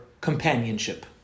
companionship